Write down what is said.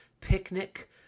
Picnic